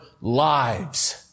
lives